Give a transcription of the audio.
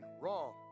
Wrong